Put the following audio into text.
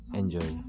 enjoy